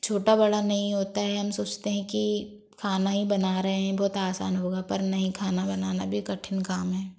छोटा बड़ा नही होता है हम सोचते हैं कि खाना ही बना रहे हैं बहुत आसान होगा पर नहीं खाना बनाना भी कठिन काम है